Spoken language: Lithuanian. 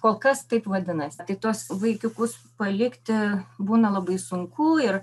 kol kas taip vadinasi tai tuos vaikiukus palikti būna labai sunkų ir